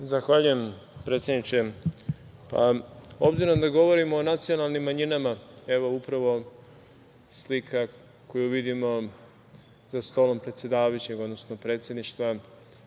Zahvaljujem, predsedniče. Obzirom da govorimo o nacionalnim manjinama, evo, upravo slika koju vidimo za stolom predsedavajuća, odnosno predsedništva,